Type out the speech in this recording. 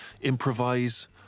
improvise